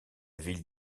ville